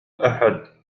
أحد